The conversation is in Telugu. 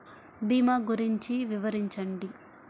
భీమా గురించి వివరించండి?